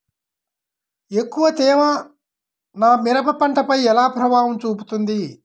ఎక్కువ తేమ నా మిరప పంటపై ఎలా ప్రభావం చూపుతుంది?